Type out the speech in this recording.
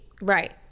Right